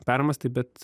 permąstai bet